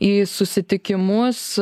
į susitikimus